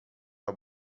sua